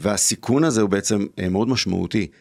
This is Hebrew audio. והסיכון הזה הוא בעצם מאוד משמעותי.